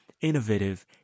innovative